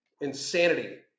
Insanity